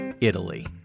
Italy